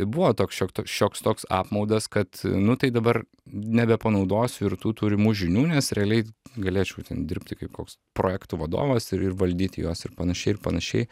tai buvo toks šiok tok šioks toks apmaudas kad nu tai dabar nebepanaudosiu ir tų turimų žinių nes realiai galėčiau ten dirbti kaip koks projektų vadovas ir ir valdyti juos ir panašiai ir panašiai